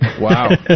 Wow